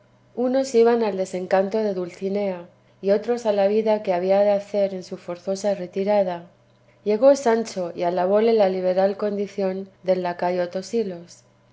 unos iban al desencanto de dulcinea y otros a la vida que había de hacer en su forzosa retirada llegó sancho y alabóle la liberal condición del lacayo tosilos